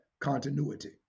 continuity